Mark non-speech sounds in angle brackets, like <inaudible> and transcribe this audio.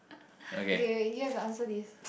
<laughs> okay wait you have a answer this